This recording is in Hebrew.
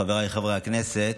חבריי חברי הכנסת,